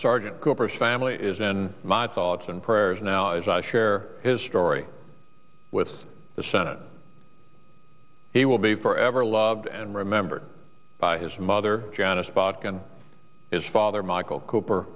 cooper's family is in my thoughts and prayers now as i share his story with the senate he will be forever loved and remembered by his mother janice bach and his father michael cooper